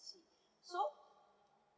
I see so